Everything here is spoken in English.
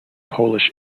polish